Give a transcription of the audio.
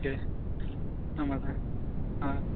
okay ஆமாம் sir ஆ